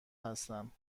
هستم